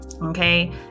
okay